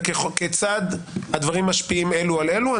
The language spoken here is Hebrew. וכיצד הדברים משפיעים אלו על אלו?